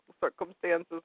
circumstances